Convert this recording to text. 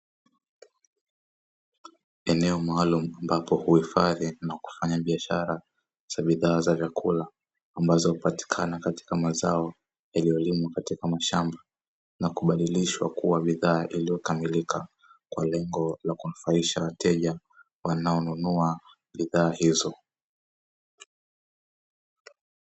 Eneo kwa lengo la kunufaisha wateja, wanaonunua bidhaa hizo.